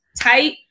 tight